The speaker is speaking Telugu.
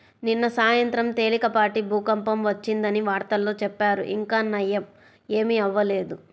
నిన్న సాయంత్రం తేలికపాటి భూకంపం వచ్చిందని వార్తల్లో చెప్పారు, ఇంకా నయ్యం ఏమీ అవ్వలేదు